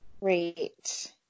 Great